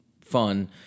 fun